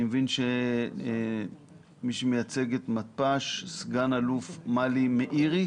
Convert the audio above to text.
אני מבין שמי שמייצג את מתפ"ש זה סגן אלוף מלי מאירי.